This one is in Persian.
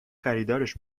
خریدارش